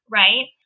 right